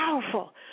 powerful